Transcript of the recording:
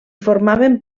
formaven